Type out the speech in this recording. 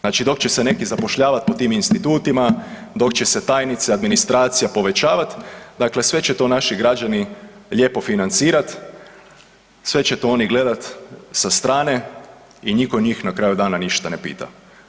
Znači dok će se neki zapošljavati po tim institutima, dok će se tajnice, administracija povećavati, dakle sve će to naši građani lijepo financirat, sve će to oni gledat sa strane i niko njih na kraju dana ništa ne pita.